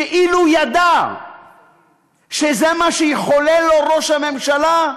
שאילו ידע שזה מה שיחולל לו ראש הממשלה,